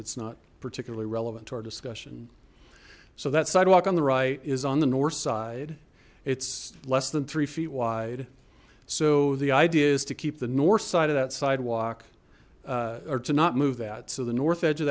it's not particularly relevant to our discussion so that sidewalk on the right is on the north side it's less than three feet wide so the idea is to keep the north side of that sidewalk or to not move that so the north